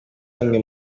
bamwe